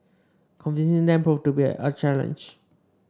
convincing them proved to be a challenge